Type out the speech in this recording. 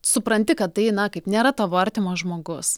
supranti kad tai na kaip nėra tavo artimas žmogus